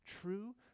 true